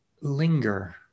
linger